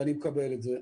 ואני מקבל את זה.